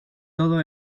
todo